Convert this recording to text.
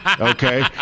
Okay